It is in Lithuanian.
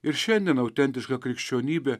ir šiandien autentiška krikščionybė